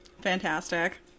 fantastic